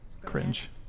Cringe